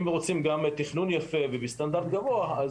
אם רוצים גם תכנון יפה ובסטנדרט גבוה,